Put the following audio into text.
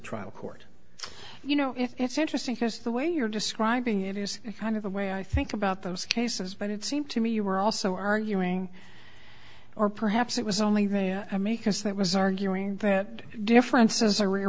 trial court you know it's interesting because the way you're describing it is kind of the way i think about those cases but it seemed to me you were also arguing or perhaps it was only the makers that was arguing that difference is a r